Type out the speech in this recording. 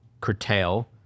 curtail